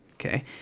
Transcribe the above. Okay